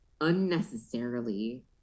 unnecessarily